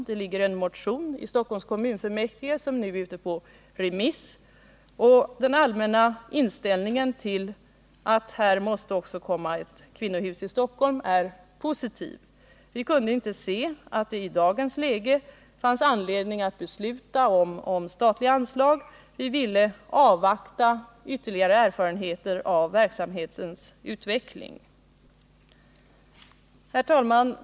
Det har väckts en motion i Stockholms kommunfullmäktige som nu är ute på remiss, och den allmänna inställningen till att det måste bli ett kvinnohus också i Stockholm är positiv. Vi kunde inte se att det i dagens läge fanns anledning att besluta om statliga anslag. Vi ville avvakta ytterligare erfarenheter av verksamhetens utveckling. Herr talman!